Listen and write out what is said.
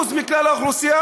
20% מכלל האוכלוסייה,